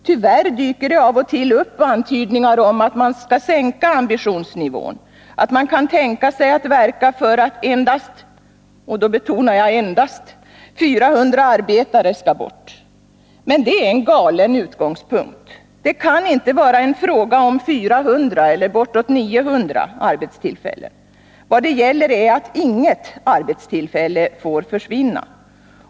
Det dyker av och till upp antydningar om att man skall sänka ambitionsnivån, att man kan tänka sig att verka för att endast 400 arbetare skall bort. Men det är en galen utgångspunkt. Det kan inte vara en fråga om 400 eller bortåt 900 arbetstillfällen. Vad det gäller är att inget arbetstillfälle får försvinna.